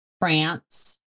france